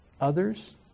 others